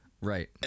right